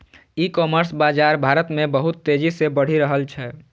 ई commerce बाजार भारत मे बहुत तेजी से बढ़ि रहल छै